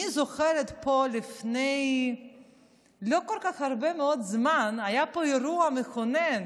אני זוכרת שלפני לא כל כך הרבה מאוד זמן היה פה אירוע מכונן,